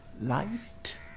light